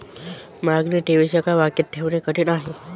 मागणी ठेवीस एका वाक्यात ठेवणे कठीण आहे